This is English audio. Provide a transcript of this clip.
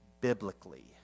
biblically